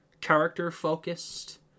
character-focused